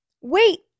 wait